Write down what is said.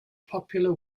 popular